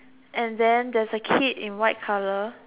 and then there's a kid in white colour